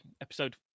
Episode